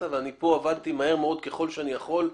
ואני כאן עבדתי מהר מאוד ככל שאני יכול.